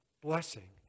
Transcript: blessing